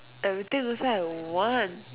everything also I would want